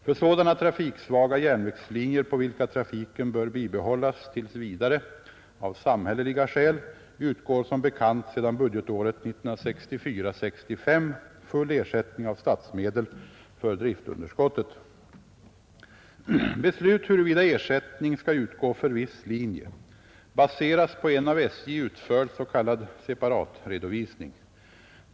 För sådana trafiksvaga järnvägslinjer på vilka trafiken bör bibehållas tills vidare av samhälleliga skäl utgår som bekant sedan budgetåret 1964/65 full ersättning av statsmedel för driftunderskottet. Beslut huruvida ersättning skall utgå för viss linje baseras på en av SJ utförd s.k. separatredovisning.